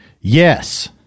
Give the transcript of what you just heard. yes